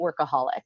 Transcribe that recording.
workaholic